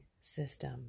system